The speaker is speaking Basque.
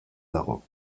dago